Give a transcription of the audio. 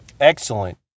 Excellent